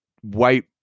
white